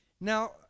now